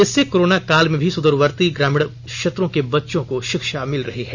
इससे कोरोना काल में सुदूरवर्ती ग्रामीण क्षेत्रों के बच्चों को शिक्षा मिल रही है